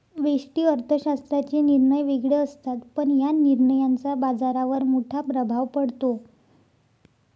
व्यष्टि अर्थशास्त्राचे निर्णय वेगळे असतात, पण या निर्णयांचा बाजारावर मोठा प्रभाव पडतो